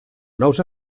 nous